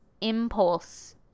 impulse